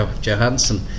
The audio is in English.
Johansson